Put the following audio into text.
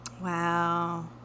Wow